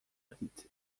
erditze